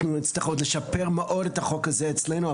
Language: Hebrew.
אנחנו נצטרך עוד לשפר מאוד את החוק הזה אצלנו.